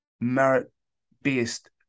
merit-based